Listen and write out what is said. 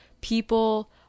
people